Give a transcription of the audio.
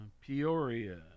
Peoria